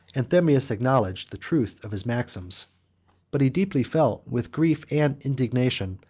anthemius acknowledged the truth of his maxims but he deeply felt, with grief and indignation,